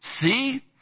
See